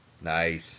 Nice